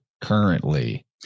currently